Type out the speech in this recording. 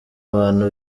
bantu